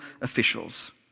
officials